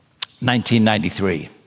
1993